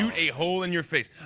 um a hole in your face.